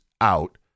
out